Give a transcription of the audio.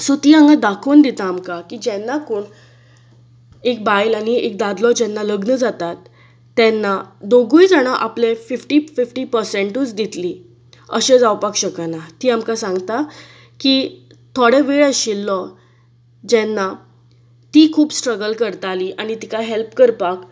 so ती हांगा दाखोवन दिता आमकां की जेन्ना कोण एक बायल आनी एक दादलो जेन्ना लग्न जातात तेन्ना दोगूय जाणां आपलें फिफ्टी फिफ्टी परसंटूच दितलीं अशें जावपाक शकना ती आमकां सांगता की थोडो वेळ आशिल्लो जेन्ना ती खूब स्ट्रगल करताली आनी तिका हॅल्प करपाक